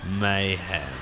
Mayhem